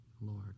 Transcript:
Lord